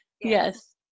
Yes